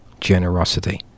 Generosity